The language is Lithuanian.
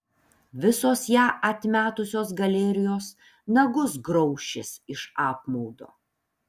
visos ją atmetusios galerijos nagus graušis iš apmaudo